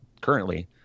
currently